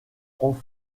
prend